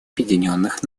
объединенных